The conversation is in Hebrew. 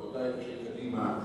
רבותי אנשי קדימה,